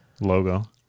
logo